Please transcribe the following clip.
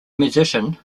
musician